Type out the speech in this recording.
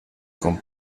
con